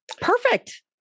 Perfect